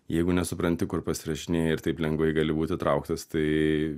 jeigu nesupranti kur pasirašinėji ir taip lengvai gali būti įtrauktas tai